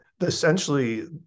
essentially